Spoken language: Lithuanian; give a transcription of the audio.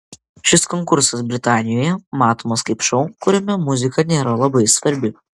šis konkursas britanijoje matomas kaip šou kuriame muzika nėra labai svarbi